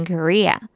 Korea